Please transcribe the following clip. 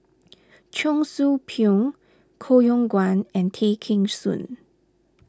Cheong Soo Pieng Koh Yong Guan and Tay Kheng Soon